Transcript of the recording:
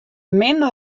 min